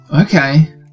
Okay